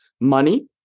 money